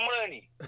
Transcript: money